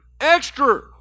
extra